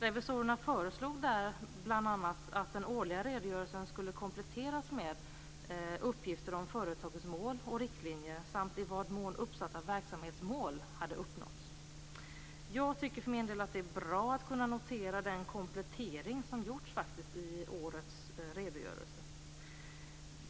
Revisorerna föreslog där bl.a. att den årliga redogörelsen skulle kompletteras med uppgifter om företagets mål och riktlinjer samt i vad mån uppsatta verksamhetsmål hade uppnåtts. Jag tycker för min del att det är bra att kunna notera den komplettering som faktiskt gjorts i årets redogörelse.